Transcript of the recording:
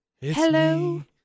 Hello